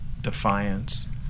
defiance